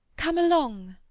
come along.